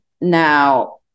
Now